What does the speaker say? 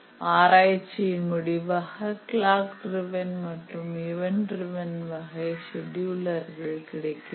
ஆராய்ச்சியின் முடிவாக clock driven மற்றும் இவன்ட் ட்ரிவன் வகை செடியுலர்கள் கிடைக்கின்றன